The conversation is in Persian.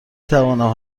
توانم